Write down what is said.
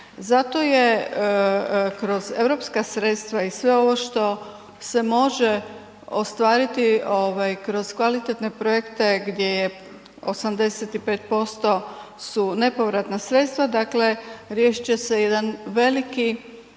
Zato je kroz europska sredstva i sve ovo što se može ostvariti kroz kvalitetne projekte gdje je 85% su nepovratna sredstva, dakle riješit će se jedan veliki